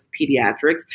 Pediatrics